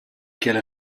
qu’elle